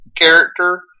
character